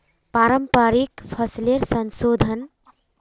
पारंपरिक फसलेर संशोधन